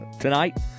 tonight